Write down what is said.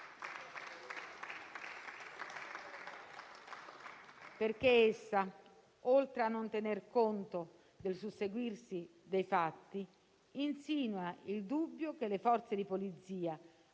Essa, oltre a non tener conto del susseguirsi dei fatti, insinua il dubbio che le Forze di polizia,